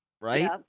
right